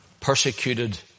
persecuted